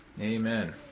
Amen